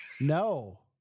No